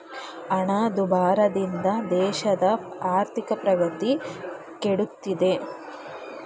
ಹಣದುಬ್ಬರದಿಂದ ದೇಶದ ಆರ್ಥಿಕ ಪ್ರಗತಿ ಕೆಡುತ್ತಿದೆ